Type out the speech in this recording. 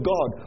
God